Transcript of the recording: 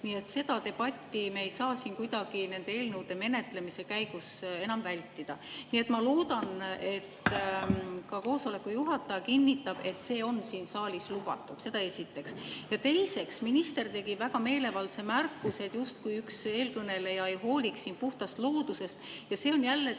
nii et seda debatti me ei saa siin kuidagi nende eelnõude menetlemise käigus enam vältida. Nii et ma loodan, et ka koosoleku juhataja kinnitab, et see on siin saalis lubatud. Seda esiteks. Teiseks, minister tegi väga meelevaldse märkuse, justkui üks eelkõneleja ei hooliks puhtast loodusest. See on jälle